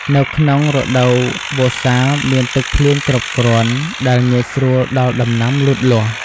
នៅក្នុងរដូវវស្សាមានទឹកភ្លៀងគ្រប់គ្រាន់ដែលងាយស្រួលដល់ដំណាំលូតលាស់។